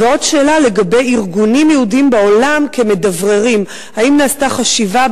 עוד שאלה לגבי ארגונים יהודיים כמדבררים: האם נעשתה חשיבה,